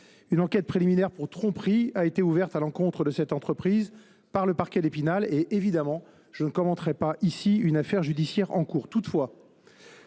Une enquête préliminaire pour tromperie a été ouverte à l’encontre de cette entreprise par le parquet d’Épinal. Bien évidemment, je ne commenterai pas ici une affaire judiciaire en cours.